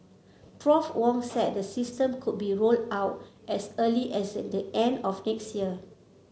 Prof Wong said the system could be rolled out as early as the end of next year